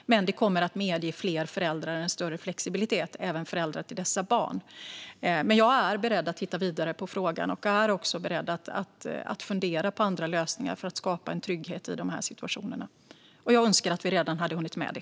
Men det kommer att medge fler föräldrar en större flexibilitet och även föräldrar till dessa barn. Jag är beredd att titta vidare på frågan. Jag är också beredd att fundera på andra lösningar för att skapa en trygghet i de här situationerna. Jag önskar att vi redan hade hunnit med det.